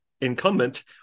incumbent